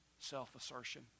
self-assertion